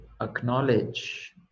acknowledge